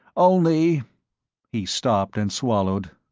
only he stopped and swallowed.